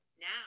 Now